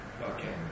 Okay